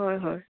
হয় হয়